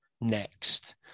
Next